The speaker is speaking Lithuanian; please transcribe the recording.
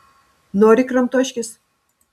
nori kramtoškės